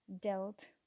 dealt